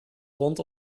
rond